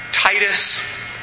Titus